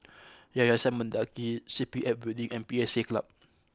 Yayasan Mendaki C P F Building and P S A Club